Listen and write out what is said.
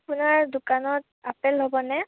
আপোনাৰ দোকানত আপেল হ'বনে